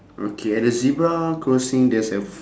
okay at the zebra crossing there's a f~